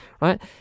Right